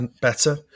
better